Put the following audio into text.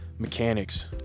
Mechanics